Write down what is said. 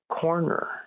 Corner